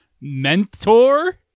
mentor